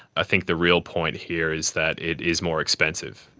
i think the real point here is that it is more expensive.